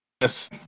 Yes